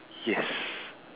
yes